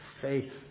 faith